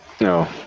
no